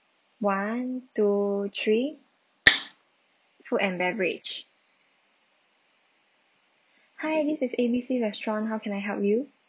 one two three food and beverage hi this is A B C restaurant how can I help you